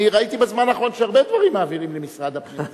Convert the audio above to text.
אני ראיתי בזמן האחרון שהרבה דברים מעבירים למשרד הפנים,